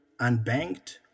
unbanked